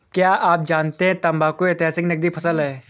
क्या आप जानते है तंबाकू ऐतिहासिक नकदी फसल है